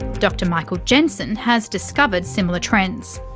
dr michael jensen has discovered similar trends.